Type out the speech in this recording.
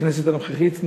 בכנסת הנוכחית,